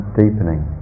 deepening